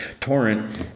Torrent